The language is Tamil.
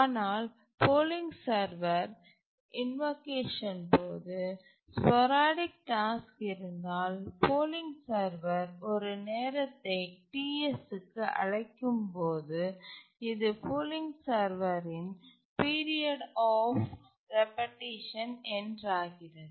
ஆனால் போலிங் சர்வர் இன்வகேஷன் போது ஸ்போரடிக் டாஸ்க் இருந்தால் போலிங் சர்வர் ஒரு நேரத்தை Ts க்கு அழைக்கும் போது இது போலிங் சர்வரின் பீரியட் ஆப் ரிப்பெட்டிஷன் என்றாகிறது